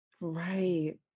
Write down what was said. Right